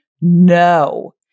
No